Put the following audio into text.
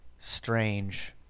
strange